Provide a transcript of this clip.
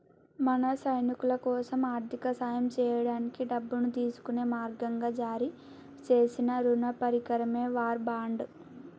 మన సైనికులకోసం ఆర్థిక సాయం సేయడానికి డబ్బును తీసుకునే మార్గంగా జారీ సేసిన రుణ పరికరమే వార్ బాండ్